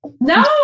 No